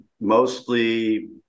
mostly